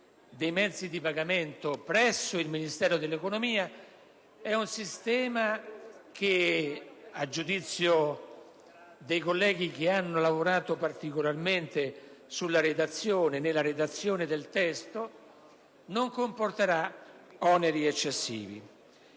dei mezzi di pagamento presso il Ministero dell'economia, è un sistema che, a giudizio dei colleghi che hanno lavorato particolarmente nella redazione del testo, non comporterà oneri eccessivi.